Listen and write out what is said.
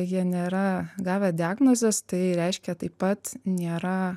jie nėra gavę diagnozės tai reiškia taip pat nėra